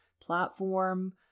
platform